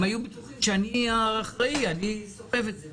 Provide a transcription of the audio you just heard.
הם היו בטוחים שאני האחראי, שאני סוחב את זה.